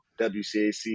WCAC